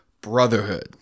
Brotherhood